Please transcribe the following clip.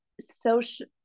social